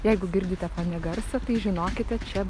jeigu girdite fone garsą tai žinokite čia